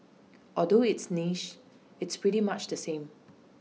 although it's niche it's pretty much the same